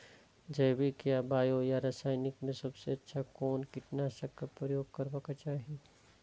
जैविक या बायो या रासायनिक में सबसँ अच्छा कोन कीटनाशक क प्रयोग करबाक चाही?